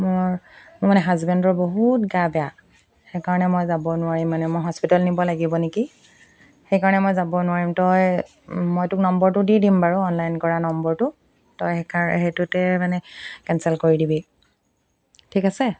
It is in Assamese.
মোৰ মোৰ মানে হাজবেণ্ডৰ বহুত গা বেয়া সেইকাৰণে মই যাব নোৱাৰিম মানে মই হস্পিটেল নিব লাগিব নেকি সেইকাৰণে মই যাব নোৱাৰিম তই মই তোক নম্বৰটো দি দিম বাৰু অনলাইন কৰা নম্বৰটো তই সেইকাৰ সেইটোতে মানে কেঞ্চেল কৰি দিবি ঠিক আছে